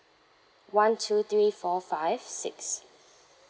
one two three four five six